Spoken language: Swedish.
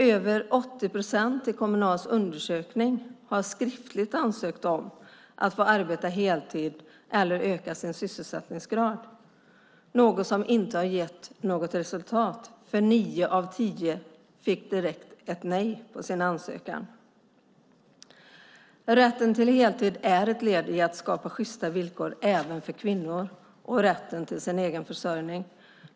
Över 80 procent i Kommunals undersökning hade skriftligt ansökt om att få arbeta heltid eller öka sin sysselsättningsgrad, något som inte gett resultat. Nio av tio fick direkt ett nej på sin ansökan. Rätten till heltid är ett led i att skapa sjysta villkor även för kvinnor. Det handlar också om rätten till en egen försörjning.